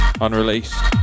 unreleased